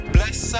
Bless